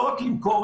מקרים